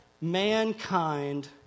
Mankind